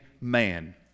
man